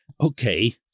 okay